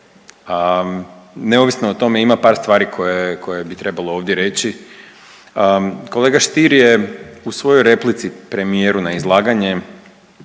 neovisno o tome ima par stvari koje, koje bi trebalo ovdje reći. Kolega Stier je u svojoj replici premijeru na izlaganje,